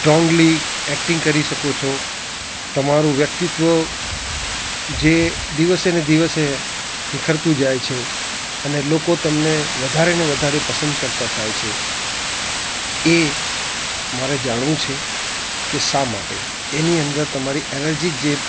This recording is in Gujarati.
સ્ટ્રોંગલી એક્ટિંગ કરી શકો છો તમારું વ્યક્તિત્ત્વ જે દિવસે ને દિવસે નીખરતું જાય છે અને લોકો તમને વધારે ને વધારે પસંદ કરતા થાય છે એ મારે જાણવું છે કે શા માટે એની અંદર તમારી એનર્જી જે